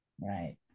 right